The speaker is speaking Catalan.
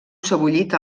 sebollit